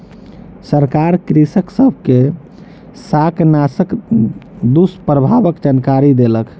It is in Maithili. सरकार कृषक सब के शाकनाशक दुष्प्रभावक जानकरी देलक